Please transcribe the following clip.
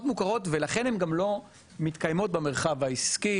מוכרות ולכן הן גם לא מתקיימות במרחב העסקי.